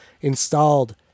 installed